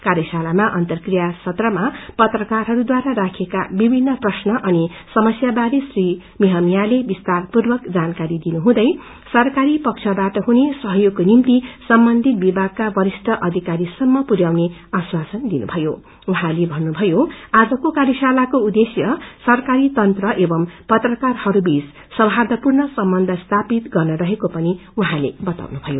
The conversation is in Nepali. कायाशालामा अन्तरक्रिया सत्रमा पत्रकारहरूद्वारा राखिएका विभिन्न प्रश्न अनि समस्याबारे श्री महमियाले विसर पूर्वक जानकारी दिनुहुँदै सरकारी पक्षबाट हुने सहयोगको निम्ति सम्बन्धित विभागका वरिष्ठ अधिकरी सम्म पुरयाउने आश्वासन दिनुभयो उहाँल भन्नुभयो आजको कार्यशालाको उद्देश्य सरकारी तंत्र एवं पत्रकारहस्थीय सौहादपूर्ण सम्बन्ध स्थापित गर्ने रहेको पनि उहाँले बताउनुभयो